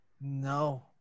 No